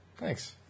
Thanks